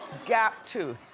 gap tooth.